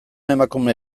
emakume